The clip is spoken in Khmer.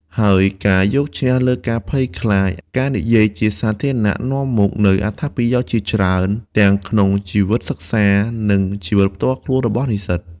ហើយការយកឈ្នះលើការភ័យខ្លាចការនិយាយជាសាធារណៈនាំមកនូវអត្ថប្រយោជន៍ជាច្រើនទាំងក្នុងជីវិតសិក្សា និងជីវិតផ្ទាល់ខ្លួនរបស់និស្សិត។